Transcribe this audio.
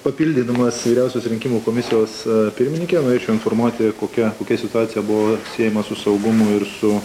papildydamas vyriausios rinkimų komisijos pirmininkę norėčiau informuoti kokia kokia situacija buvo siejama su saugumu ir su